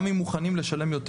גם אם מוכנים לשלם יותר.